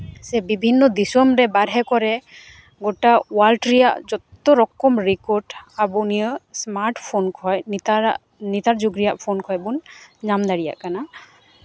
ᱥᱮ ᱵᱤᱵᱷᱤᱱᱱᱚ ᱫᱤᱥᱚᱢ ᱨᱮ ᱵᱟᱦᱨᱮ ᱠᱚᱨᱮᱜ ᱜᱳᱴᱟ ᱳᱣᱟᱨᱞᱰ ᱨᱮᱭᱟᱜ ᱡᱚᱛᱚ ᱨᱚᱠᱚᱢ ᱨᱮᱠᱚᱨᱰ ᱟᱵᱚ ᱱᱤᱭᱟᱹ ᱤᱥᱢᱟᱨᱴ ᱯᱷᱳᱱ ᱠᱷᱚᱡ ᱱᱮᱛᱟᱨᱟᱜ ᱱᱮᱛᱟᱨ ᱡᱩᱜᱽ ᱨᱮᱭᱟᱜ ᱯᱷᱳᱱ ᱠᱷᱚᱡ ᱵᱚᱱ ᱧᱟᱢ ᱫᱟᱮᱭᱟᱜ ᱠᱟᱱᱟ